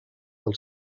del